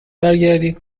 برگردی